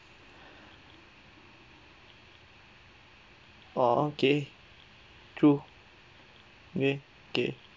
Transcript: okay true okay okay